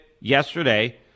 yesterday